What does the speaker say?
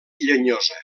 llenyosa